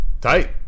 Tight